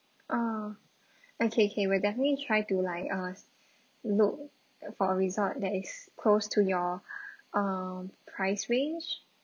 ah okay okay will definitely try to like us book for a resort that is close to your um price range